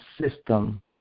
system